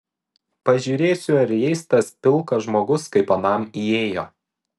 pažiūrėsiu ar įeis tas pilkas žmogus kaip anam įėjo